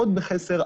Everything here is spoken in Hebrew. מאוד בחסר,